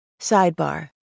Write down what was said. Sidebar